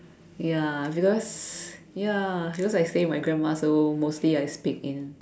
ya because ya because I stay with my grandma so mostly I speak in